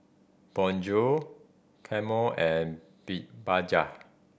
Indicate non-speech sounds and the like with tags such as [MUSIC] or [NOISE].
Bonjour Camel and [UNINTELLIGIBLE] Bajaj